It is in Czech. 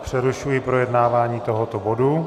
Přerušuji projednávání tohoto bodu.